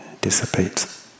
dissipates